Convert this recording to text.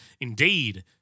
indeed